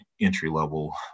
entry-level